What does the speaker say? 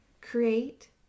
create